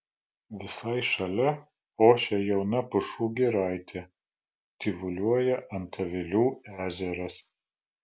visai šalia ošia jauna pušų giraitė tyvuliuoja antavilių ežeras